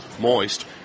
moist